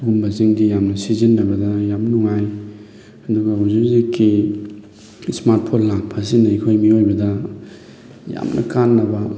ꯁꯤꯒꯨꯝꯕꯁꯤꯡꯁꯤ ꯌꯥꯝꯅ ꯁꯤꯖꯤꯟꯅꯕꯗ ꯌꯥꯝ ꯅꯨꯡꯉꯥꯏ ꯑꯗꯨꯒ ꯍꯨꯖꯤꯛ ꯍꯨꯖꯤꯛꯀꯤ ꯏꯁꯃꯥꯔꯠ ꯐꯣꯟ ꯂꯥꯛꯄꯁꯤꯅ ꯑꯩꯈꯣꯏ ꯃꯤꯑꯣꯏꯕꯗ ꯌꯥꯝꯅ ꯀꯥꯟꯅꯕ